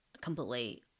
completely